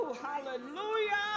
hallelujah